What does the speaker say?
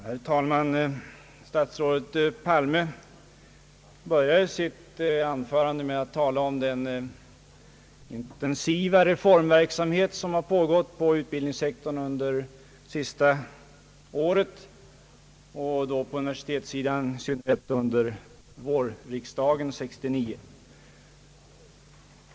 Herr talman! Statsrådet Palme började sitt anförande med att tala om den intensiva reformverksamhet som har pågått inom utbildningssektorn under det senaste året, och vad då be träffar universitetssidan i synnerhet under vårriksdagen 1969.